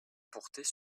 portait